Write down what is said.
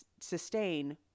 sustain